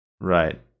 right